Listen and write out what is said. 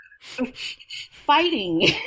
fighting